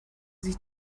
sich